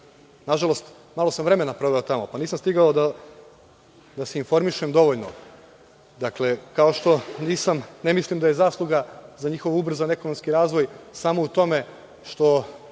Nažalost, malo sam vremena proveo tamo pa nisam stigao da se informišem dovoljno, kao što ne mislim da je zasluga za njihov ubrzan ekonomski razvoj samo u tome što